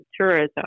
tourism